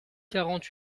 quarante